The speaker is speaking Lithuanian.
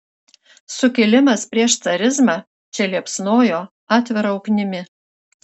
sukilimas prieš carizmą čia liepsnojo atvira ugnimi